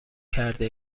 کرده